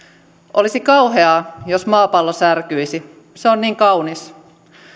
olisi kauheaa jos maapallo särkyisi se on niin kaunis